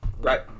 Right